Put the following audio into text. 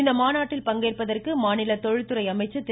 இம்மாநாட்டில் பங்கேற்பதற்கு மாநில தொழில்துறை அமைச்சர் திரு